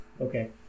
Okay